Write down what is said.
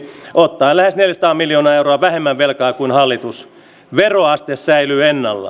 ottaen lähes neljäsataa miljoonaa euroa vähemmän velkaa kuin hallitus veroaste säilyy ennallaan